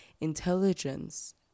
intelligence